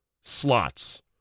slots